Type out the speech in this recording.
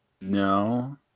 No